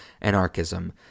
anarchism